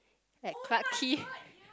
at Clark-Quay